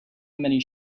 many